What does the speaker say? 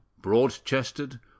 broad-chested